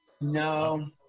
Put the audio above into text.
no